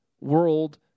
world